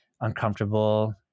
uncomfortable